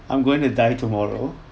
I'm going to die tomorrow